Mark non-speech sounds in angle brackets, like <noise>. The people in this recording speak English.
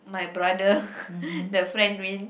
my brother <noise> the friend win